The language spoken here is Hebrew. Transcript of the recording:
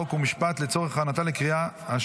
חוק ומשפט נתקבלה 25 בעד,